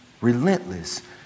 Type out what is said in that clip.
relentless